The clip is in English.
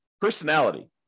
personality